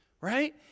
right